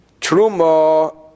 Truma